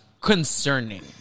concerning